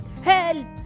Help